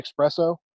Espresso